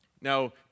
Now